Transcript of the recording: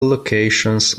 locations